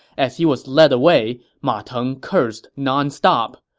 as he was led away, ma teng cursed nonstop,